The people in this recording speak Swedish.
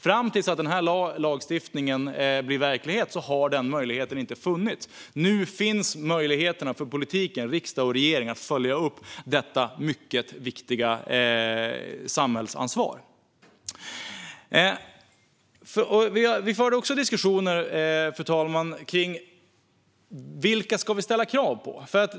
Fram tills lagstiftningen blir verklighet har den möjligheten inte funnits. Nu kommer det att finnas möjlighet för politiken, för riksdag och regering, att följa upp detta mycket viktiga samhällsansvar. Vi förde också diskussioner, fru talman, om vilka vi ska ställa krav på.